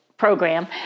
program